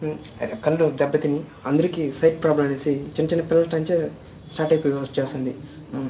కళ్ళు దెబ్బతిని అందరికీ సైట్ ప్రాబ్లమ్ అనేసి చిన్న చిన్న పిల్లట్నుంచే స్టార్ట్ అయిపోయి వచ్చేస్తోంది